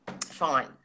fine